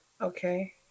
Okay